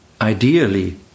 ideally